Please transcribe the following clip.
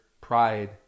pride